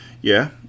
Yeah